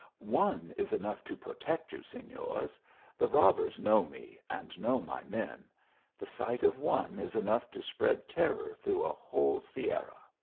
one is enough to protect you, signors the robbers know me, and know my men the sight of one is enough to spread terror through a whole sierra.